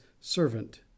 servant